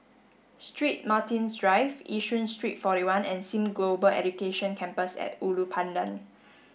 Street Martin's Drive Yishun Street forty one and Sim Global Education Campus at Ulu Pandan